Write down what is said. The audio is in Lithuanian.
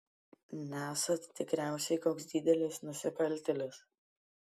nesat tikriausiai koks didelis nusikaltėlis